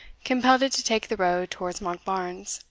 compelled it to take the road towards monkbarns.